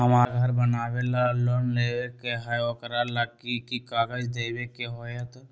हमरा घर बनाबे ला लोन लेबे के है, ओकरा ला कि कि काग़ज देबे के होयत?